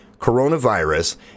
coronavirus